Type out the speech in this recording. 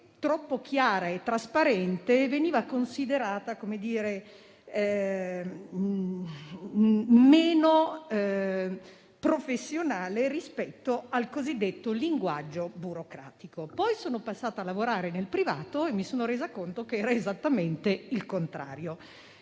troppo chiara e trasparente, veniva considerata meno professionale rispetto al cosiddetto linguaggio burocratico. Poi sono passata a lavorare nel privato e mi sono resa conto che la situazione era esattamente contraria.